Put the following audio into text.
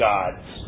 God's